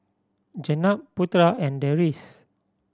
Jenab Putera and Deris